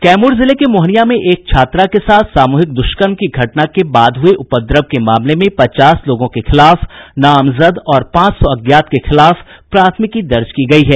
कैमूर जिले के मोहनिया में एक छात्रा के साथ सामूहिक दुष्कर्म की घटना के बाद हुये उपद्रव के मामले में पचास लोगों के खिलाफ नामजद और पांच सौ अज्ञात के खिलाफ प्राथमिकी दर्ज की गयी है